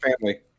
family